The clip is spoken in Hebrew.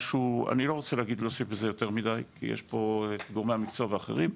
אני לא רוצה להוסיף בזה יותר מידי כי יש פה גורמי מקצוע ואחרים.